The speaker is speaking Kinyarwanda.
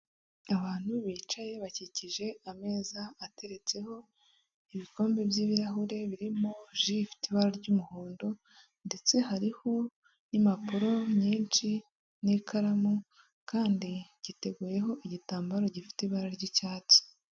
Abantu bicaye bakikije ameza ateretseho ibikombe by'ibirahure birimo ji ifite ibara ry'umuhondo ndetse hariho n'impapuro nyinshi n'ikaramu kandi giteguyeho igitambaro gifite ibara ry'icyatsi.